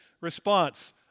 response